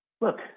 look